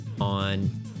on